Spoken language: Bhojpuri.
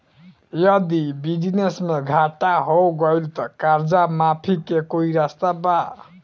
यदि बिजनेस मे घाटा हो गएल त कर्जा माफी के कोई रास्ता बा?